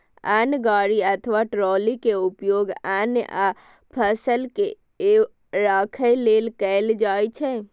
अन्न गाड़ी अथवा ट्रॉली के उपयोग अन्न आ फसल के राखै लेल कैल जाइ छै